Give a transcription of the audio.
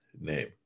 name